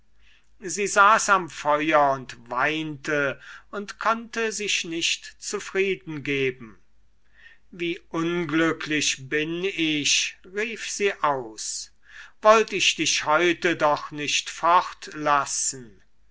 sie saß am feuer und weinte und konnte sich nicht zufriedengeben wie unglücklich bin ich rief sie aus wollt ich dich heute doch nicht